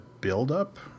build-up